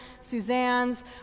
Suzanne's